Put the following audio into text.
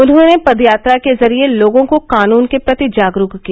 उन्होंने पदयात्रा के जरिये लोगों को कानून के प्रति जागरूक किया